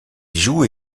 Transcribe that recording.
joue